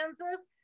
Kansas